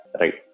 right